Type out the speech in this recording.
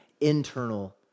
internal